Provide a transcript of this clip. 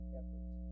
effort